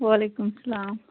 وَعلیکُم سَلام